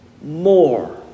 more